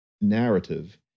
narrative